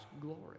glory